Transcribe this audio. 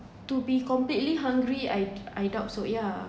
to be completely hungry I I doubt so ya